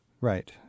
right